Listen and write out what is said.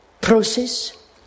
process